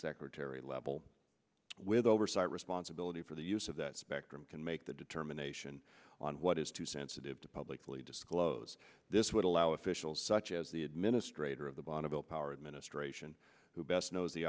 secretary level with oversight responsibility for the use of that spectrum can make the determination on what is too sensitive to publicly disclose this would allow officials such as the administrator of the bonneville power administration who best knows the